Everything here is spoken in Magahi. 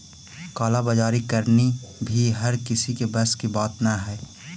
काला बाजारी करनी भी हर किसी के बस की बात न हई